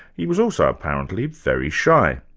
he was also apparently very shy.